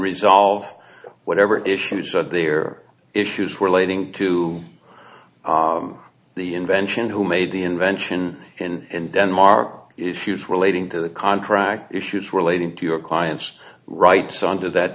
resolve whatever issues of their issues relating to the invention who made the invention and then mark if used relating to the contract issues relating to your client's rights under that